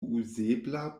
uzebla